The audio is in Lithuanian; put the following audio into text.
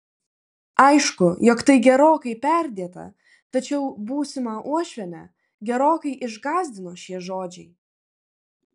aišku jog tai gerokai perdėta tačiau būsimą uošvienę gerokai išgąsdino šie žodžiai